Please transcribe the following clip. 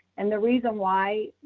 and the reason why,